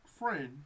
friend